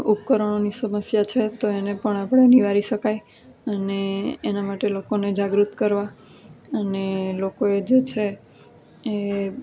ઉપકરણોની સમસ્યા છે તો એને પણ આપણે નિવારી શકાય અને એના માટે લોકોને જાગૃત કરવા અને લોકોએ જે છે એ